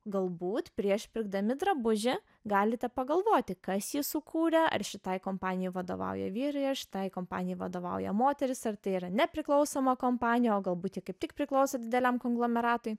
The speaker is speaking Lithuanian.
galbūt prieš pirkdami drabužį galite pagalvoti kas jį sukūrė ar šitai kompanijai vadovauja vyrai ar šitai kompanijai vadovauja moterys ar tai yra nepriklausoma kompanija o galbūt ji kaip tik priklauso dideliam konglomeratui